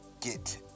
get